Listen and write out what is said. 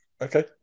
okay